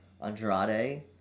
Andrade